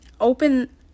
open